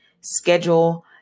schedule